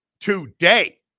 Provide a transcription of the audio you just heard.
today